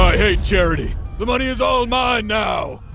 hate charity the money is all mine now!